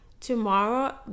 tomorrow